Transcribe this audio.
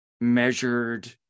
measured